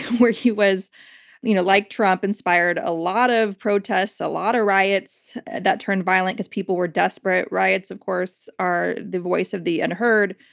where he was you know like trump, inspired a lot of protests, a lot of riots that turned violent because people were desperate. riots, of course, are the voice of the unheard.